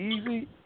easy